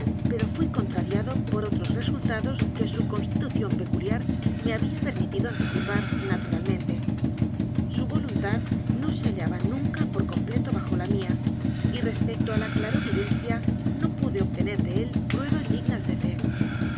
pero fui contrariado por otros resultados que su constitución peculiar me había permitido anticipar naturalmente su voluntad no se hallaba nunca por completo bajo lo mía y respecto á la clarovidencia no m valdemar pude obtener de él pruebas dignas de fe